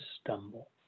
stumble